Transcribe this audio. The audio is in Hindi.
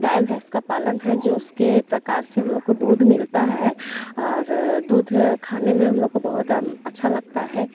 गाय भैंस का पालन है जो उसके प्रकार से हम लोग को दूध मिलता है और दूध खाने में हम लोग को बहुत अच्छा लगता है